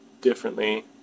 differently